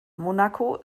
monaco